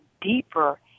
deeper